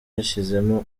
yashyizemo